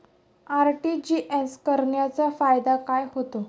RTGS करण्याचा फायदा काय होतो?